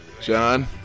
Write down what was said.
John